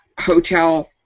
hotel